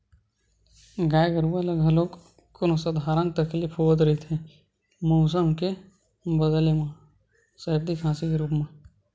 गाय गरूवा ल घलोक कोनो सधारन तकलीफ होवत रहिथे मउसम के बदले म सरदी, खांसी के रुप म